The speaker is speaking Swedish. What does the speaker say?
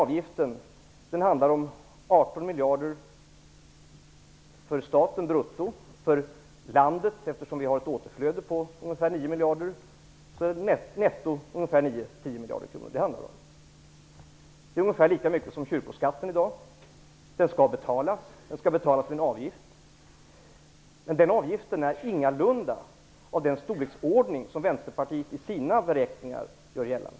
Avgiften handlar om 18 miljarder brutto för staten. Eftersom återflödet är ungefär 9 miljarder är nettot för landet ungefär 9-10 miljarder. Det är ungefär lika mycket som kyrkoskatten. Avgiften skall betalas. Men avgiften är ingalunda i den storleksordning som Vänsterpartiet i sina beräkningar gör gällande.